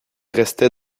restait